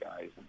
guys